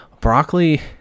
Broccoli